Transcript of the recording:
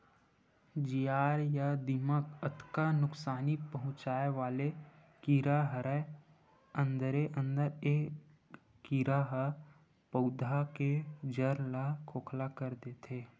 जियार या दिमक अतका नुकसानी पहुंचाय वाले कीरा हरय अंदरे अंदर ए कीरा ह पउधा के जर ल खोखला कर देथे